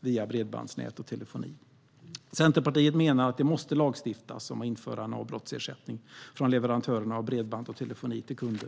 via bredbandsnät och telefoni. Centerpartiet menar att det måste lagstiftas om att införa en avbrottsersättning från leverantörerna av bredband och telefoni till kunder.